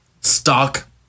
stock